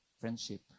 Friendship